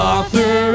Author